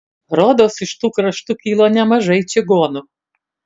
rodos iš tų kraštų kilo nemažai čigonų